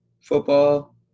football